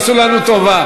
עשו לנו טובה.